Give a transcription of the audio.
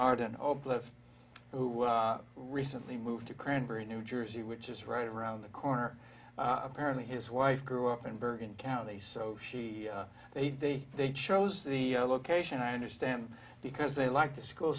arden who recently moved to cranberry new jersey which is right around the corner apparently his wife grew up in bergen county so she they say they chose the location i understand because they like the school